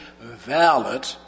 valid